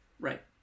Right